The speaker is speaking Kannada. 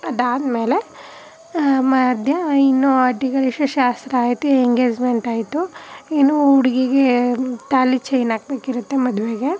ಅದಾದ್ಮೇಲೆ ಮಧ್ಯ ಇನ್ನೂ ಹಟ್ಟಿ ಕಳಿಸೋ ಶಾಸ್ತ್ರ ಆಯಿತು ಎಂಗೇಜ್ಮೆಂಟ್ ಆಯಿತು ಇನ್ನೂ ಹುಡ್ಗಿಗೇ ತಾಲಿ ಚೈನ್ ಹಾಕ್ಬೇಕಿರುತ್ತೆ ಮದುವೆಗೆ